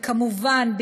וכמובן,